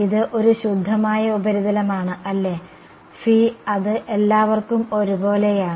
ഇത് ഒരു ശുദ്ധമായ ഉപരിതലമാണ് ശരിയല്ലേ അത് എല്ലാവർക്കും ഒരുപോലെയാണ്